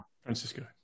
Francisco